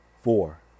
Four